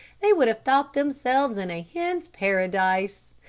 they would have thought themselves in a hen's paradise.